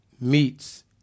meets